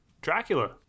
Dracula